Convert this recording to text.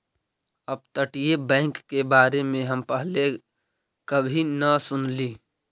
अपतटीय बैंक के बारे में हम पहले कभी न सुनली